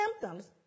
symptoms